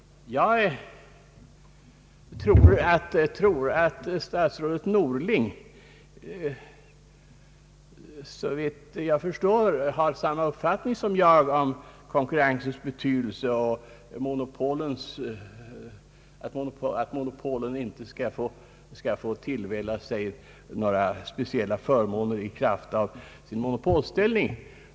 Jag tror att statsrådet Norling har samma uppfattning som jag om konkurrensens betydelse och att ett företag inte skall få tillvälla sig några speciella förmåner i kraft av en monopolställning.